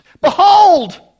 Behold